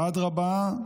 אדרבה,